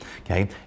Okay